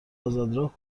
آزادراه